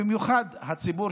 במיוחד של הציבור